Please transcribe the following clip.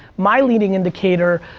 my leading indicator,